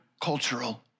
cultural